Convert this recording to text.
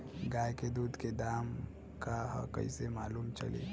गाय के दूध के दाम का ह कइसे मालूम चली?